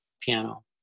piano